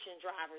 drivers